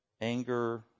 anger